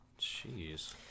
Jeez